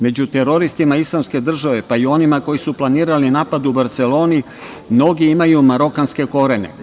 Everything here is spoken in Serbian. Među teroristima islamske države, pa i onima koji su planirali napad u Barseloni, mnogi imaju marokanske korene.